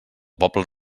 poble